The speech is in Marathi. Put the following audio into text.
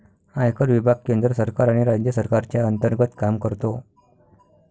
आयकर विभाग केंद्र सरकार आणि राज्य सरकारच्या अंतर्गत काम करतो